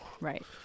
Right